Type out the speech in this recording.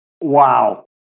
Wow